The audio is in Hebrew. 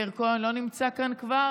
מירי גם רוצה לפגוש את אבו מאזן.